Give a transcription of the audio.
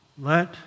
Let